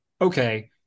okay